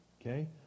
okay